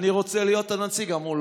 אני רוצה להיות הנציג.